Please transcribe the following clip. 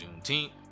Juneteenth